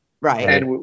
right